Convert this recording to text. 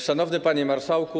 Szanowny Panie Marszałku!